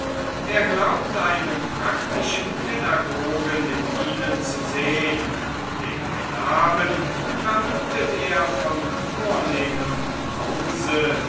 er glaubt einen praktischen pädagogen in ihnen zu sehen den knaben vermutet er von vornehmem hause